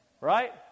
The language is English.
Right